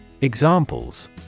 Examples